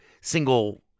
single